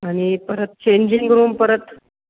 आणि परत changing room परत